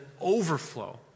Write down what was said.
overflow